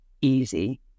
easy